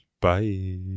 bye